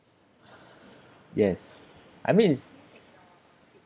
yes I mean is